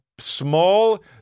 Small